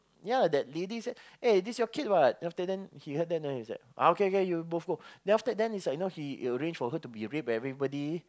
ya that lady said eh this your kid what then after that he heard then he was like ah okay okay you both go then after that then it's like you know he arranged her to be raped by everybody